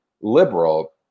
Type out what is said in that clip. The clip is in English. liberal